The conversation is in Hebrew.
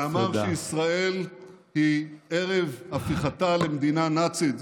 ואמר שישראל היא ערב הפיכתה למדינה נאצית.